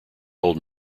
old